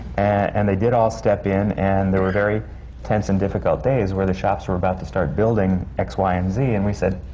and they did all step in, and there were very tense and difficult days, where the shops were about to start building x, y and z, and we said,